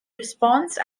response